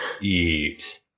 Eat